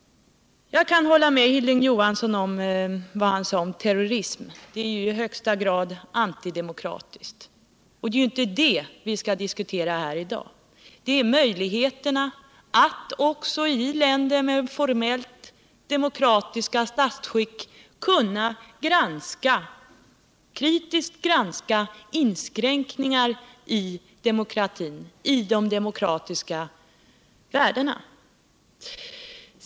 Jag kan hålla med Hilding Johansson om vad han sade om terrorismen. Den är i högsta grad antidemokratisk, och det är inte den vi skall diskutera här i dag. Det gäller nu möjligheterna att också i länder med formellt demokratiskt statsskick kritiskt granska inskränkningar i demokra tin, i de demokratiska värdena.